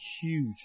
huge